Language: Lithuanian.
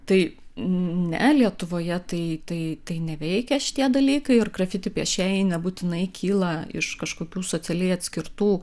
tai ne lietuvoje tai tai tai neveikia šitie dalykai ir grafiti piešėjai nebūtinai kyla iš kažkokių socialiai atskirtų